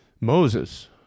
Moses